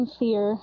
fear